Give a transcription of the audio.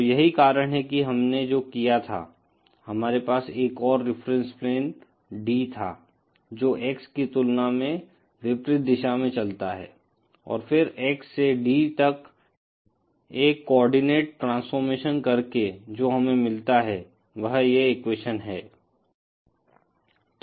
तो यही कारण है कि हमने जो किया था हमारे पास एक और रिफरेन्स प्लेन D था जो X की तुलना में विपरीत दिशा में चलता है और फिर X से D तक एक कोआर्डिनेट ट्रांसफॉर्मेशन करके जो हमें मिलता है वह यह एक्वेशन है